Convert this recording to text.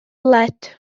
led